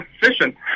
fishing